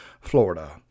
Florida